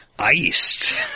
Iced